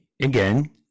again